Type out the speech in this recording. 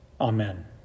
Amen